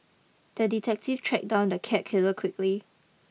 the detective tracked down the cat killer quickly